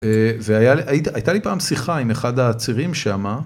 אה ו... והיה לי הייתה לי פעם שיחה עם אחד הצעירים שאמר.